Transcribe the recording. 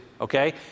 okay